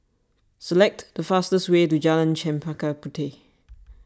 select the fastest way to Jalan Chempaka Puteh